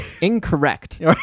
incorrect